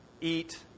eat